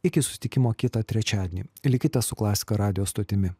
iki susitikimo kitą trečiadienį likite su klasika radijo stotimi